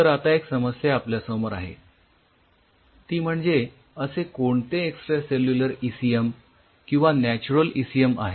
तर आता एक समस्या आपल्यासमोर आहे ती म्हणजे असे कोणते एक्सट्रासेल्युलर ईसीएम किंवा नॅच्युरल ईसीएम आहेत